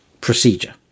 procedure